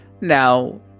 Now